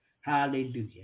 Hallelujah